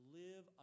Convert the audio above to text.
live